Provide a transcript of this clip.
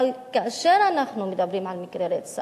אבל כאשר אנחנו מדברים על מקרי רצח